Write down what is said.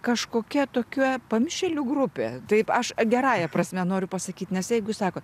kažkokia tokia pamišėlių grupė taip aš gerąja prasme noriu pasakyt nes jeigu jūs sakot